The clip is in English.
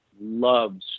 loves